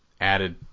Added